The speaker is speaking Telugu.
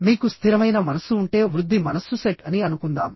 మీకు స్థిరమైన మనస్సు ఉంటే వృద్ధి మనస్సు సెట్ అని అనుకుందాం